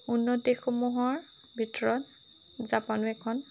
উন্নত দেশসমূহৰ ভিতৰত জাপানো এখন